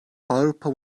avrupa